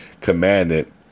commanded